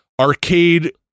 arcade